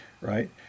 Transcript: right